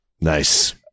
Nice